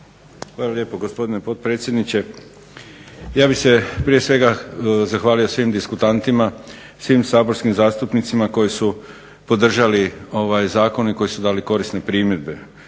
Hvala lijepo gospodine potpredsjedniče. Ja bih se prije svega zahvalio svim diskutantima, svim saborskim zastupnicima koji su podržali ovaj zakon i koji su dali korisne primjedbe.